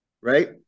right